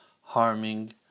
harming